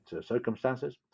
circumstances